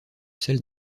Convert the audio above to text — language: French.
celle